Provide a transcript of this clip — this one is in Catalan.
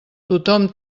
tothom